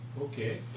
Okay